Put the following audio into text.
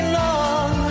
long